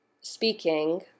speaking